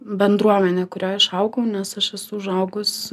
bendruomenė kurioj aš augau nes aš esu užaugus